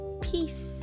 Peace